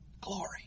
Glory